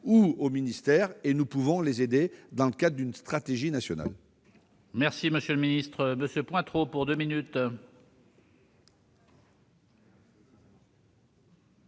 ou au ministère, car nous pouvons les aider dans le cadre d'une stratégie nationale.